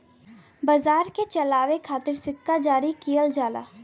बाजार के चलावे खातिर सिक्का जारी किहल जाला